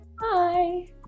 Bye